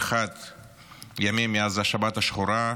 171 ימים מאז השבת השחורה.